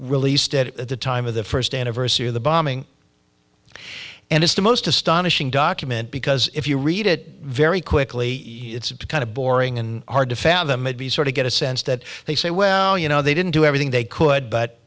released at the time of the first anniversary of the bombing and it's the most astonishing document because if you read it very quickly it's kind of boring and hard to fathom it be sort of get a sense that they say well you know they didn't do everything they could but